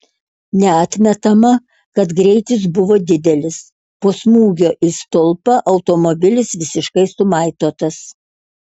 neatmetama kad greitis buvo didelis po smūgio į stulpą automobilis visiškai sumaitotas